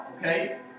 Okay